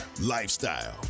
lifestyle